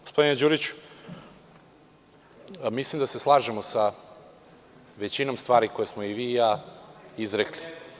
Gospodine Đuriću, mislim da se slažemo sa većinom stvari koje smo i vi i ja izrekli.